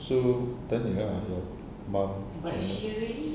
so tanya ah your mum macam mana